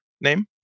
name